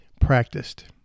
practiced